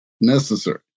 necessary